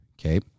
Okay